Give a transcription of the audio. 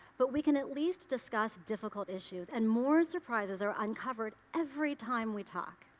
but we can at least discuss difficult issues and more surprises are uncovered every time we talk.